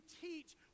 teach